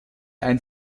ein